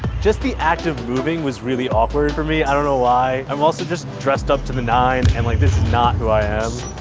just the act of moving was really awkward for me. i don't know why? i'm also just dressed up to the nines and like this is not who i am.